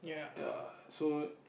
ya so